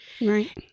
right